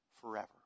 forever